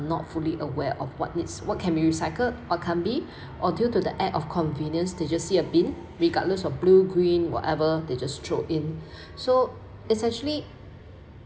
not fully aware of what needs what can be recycled or can't be or due to the act of convenience they just see a bin regardless of blue green whatever they just throw in so it's actually